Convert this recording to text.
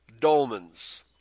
dolmens